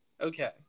Okay